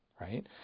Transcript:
Right